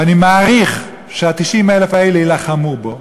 ואני מעריך שה-90,000 האלה יילחמו בו,